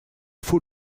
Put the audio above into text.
faut